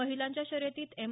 महिलांच्या शर्यतीत एम